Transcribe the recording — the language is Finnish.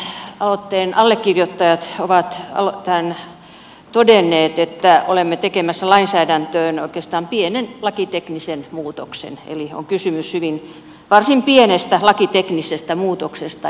tämän kansalaisaloitteen allekirjoittajat ovat todenneet että olemme tekemässä lainsäädäntöön oikeastaan pienen lakiteknisen muutoksen eli on kysymys varsin pienestä lakiteknisestä muutoksesta